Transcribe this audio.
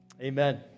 Amen